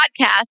podcast